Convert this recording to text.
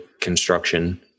construction